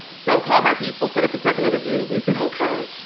so call my people, set up a second interview. we said, ok.